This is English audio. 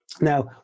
Now